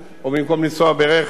או במקום לנסוע ברכב.